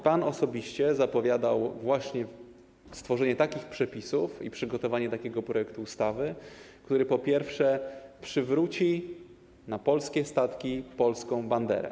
Pan osobiście zapowiadał stworzenie takich przepisów i przygotowanie takiego projektu ustawy, który przywróci na polskie statki polską banderę.